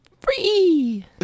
Free